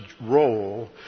role